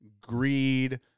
greed